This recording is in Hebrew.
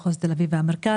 מחוז תל אביב והמרכז.